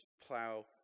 plow